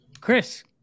chris